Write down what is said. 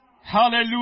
Hallelujah